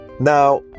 Now